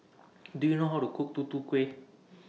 Do YOU know How to Cook Tutu Kueh